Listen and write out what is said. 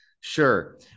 sure